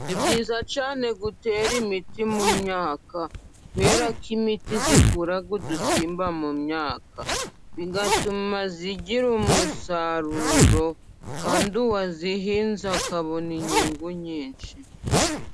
Ni byiza cyane gutera imiti mu myaka, kubera ko imiti ikura udusimba mu myaka, bigatuma igira umusaruro, kandi uwayihinze akabona inyungu nyinshi.